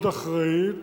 מאוד אחראית,